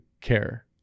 care